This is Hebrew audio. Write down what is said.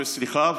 סליחה,